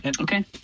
Okay